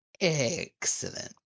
Excellent